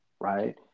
Right